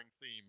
theme